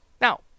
Now